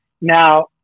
Now